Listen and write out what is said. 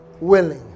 Willing